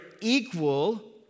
equal